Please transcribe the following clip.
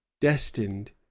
destined